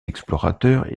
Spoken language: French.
explorateurs